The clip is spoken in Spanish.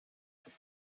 tenía